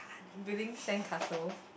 building sand castle